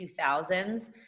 2000s